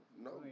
no